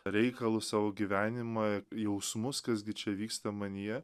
reikalus savo gyvenimą jausmus kas gi čia vyksta manyje